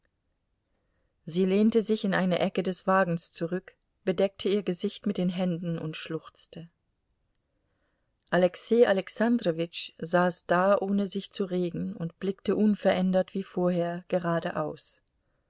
sie lehnte sich in eine ecke des wagens zurück bedeckte ihr gesicht mit den händen und schluchzte alexei alexandrowitsch saß da ohne sich zu regen und blickte unverändert wie vorher geradeaus